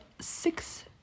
six